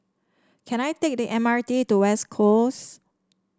can I take the M R T to West Coast